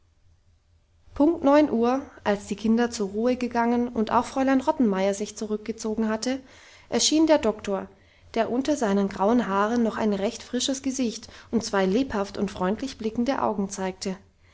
punkt neun uhr als die kinder zur ruhe gegangen und auch fräulein rottenmeier sich zurückgezogen hatte erschien der doktor der unter seinen grauen haaren noch ein recht frisches gesicht und zwei lebhaft und freundlich blickende augen zeigte